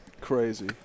Crazy